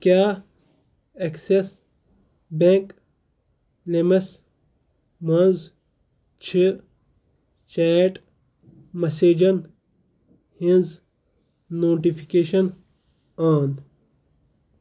کیٛاہ access bank لیمَس منٛز چھِ چیٹ مَسیجَن ہِنٛز نوٹِفکیشَن آن